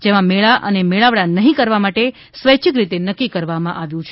જેમાં મેળા અને મેળાવડા નહીં કરવા સ્વૈચ્છિક રીતે નક્કી કરવામાં આવ્યું છે